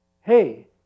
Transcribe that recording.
hey